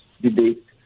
debate